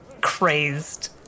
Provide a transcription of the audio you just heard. crazed